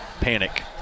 panic